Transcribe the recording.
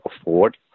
afford